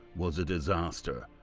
was a disaster,